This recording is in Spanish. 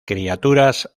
criaturas